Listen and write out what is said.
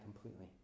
completely